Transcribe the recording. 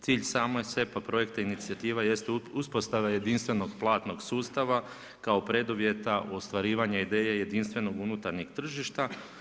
Cilj samog SEPA projekta inicijativa jest uspostava jedinstvenog platnog sustava kao preduvjeta u ostvarivanju ideje jedinstvenog unutarnjeg tržišta.